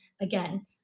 again